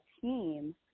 team